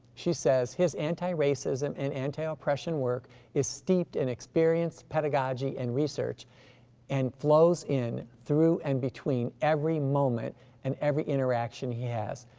she says, his anti-racism and anti-depression work is steeped in experience pedagogy and research and flows in through and between every moment and every interaction he has.